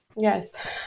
Yes